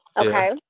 Okay